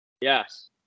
Yes